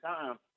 time